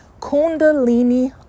Kundalini